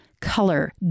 color